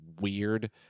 weird